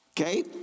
Okay